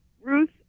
Ruth